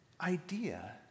idea